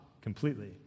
completely